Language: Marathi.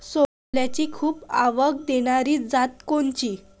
सोल्याची खूप आवक देनारी जात कोनची?